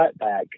cutback